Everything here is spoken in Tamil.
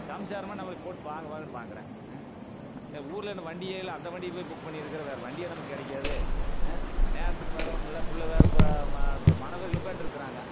சம்சாரமுமோ நம்மளை போட்டு வாங்கு வாங்குன்னு வாங்குகிறா ம் ஊர்ல வண்டியே இல்லை அந்த வேண்டிய போய் புக் பண்ணியிருக்குற வேற வண்டியா நமக்கு கிடைக்காது ஆ நேரத்துக்கு வரணுமில்ல புள்ளை வேற இப்போது இப்போ மணவரையில் உட்காந்துட்ருக்குறாங்க